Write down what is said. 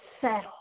settle